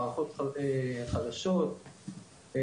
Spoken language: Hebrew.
מערכות חדשות,